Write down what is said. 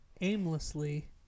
aimlessly